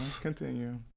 Continue